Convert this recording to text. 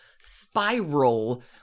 spiral